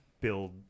build